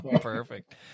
perfect